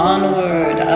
Onward